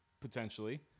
potentially